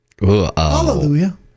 Hallelujah